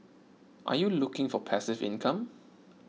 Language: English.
are you looking for passive income